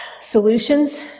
solutions